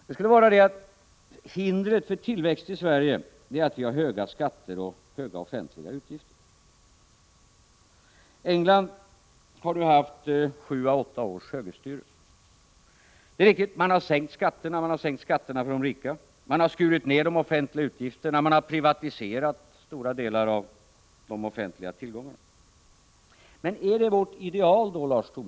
Han menade att hindret för tillväxt i Sverige är att vi har höga skatter och höga offentliga utgifter. England har nu haft sju å åtta års högerstyre. Man har sänkt skatterna för de rika, skurit ned de offentliga utgifterna och privatiserat stora delar av de offentliga tillgångarna. Är det vårt ideal, Lars Tobisson?